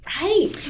right